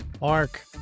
Mark